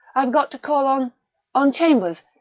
i've got to call on on chambers.